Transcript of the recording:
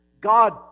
God